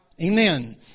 Amen